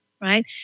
right